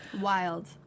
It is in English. Wild